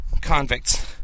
convicts